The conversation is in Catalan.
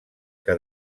que